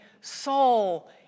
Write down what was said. soul